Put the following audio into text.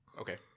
Okay